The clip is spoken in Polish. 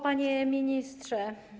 Panie Ministrze!